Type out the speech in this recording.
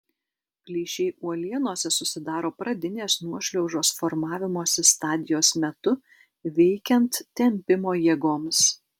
plyšiai uolienose susidaro pradinės nuošliaužos formavimosi stadijos metu veikiant tempimo jėgoms